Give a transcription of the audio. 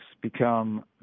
become